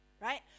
right